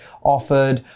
offered